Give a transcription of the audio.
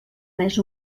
més